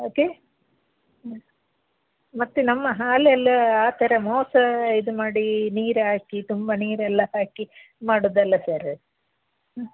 okay ಮತ್ತು ನಮ್ಮ ಹಾಲೆಲ್ಲ ಆ ಥರ ಮೋಸ ಇದು ಮಾಡಿ ನೀರು ಹಾಕಿ ತುಂಬ ನೀರೆಲ್ಲ ಹಾಕಿ ಮಾಡೋದಲ್ಲ ಸರ್ ಹ್ಞೂ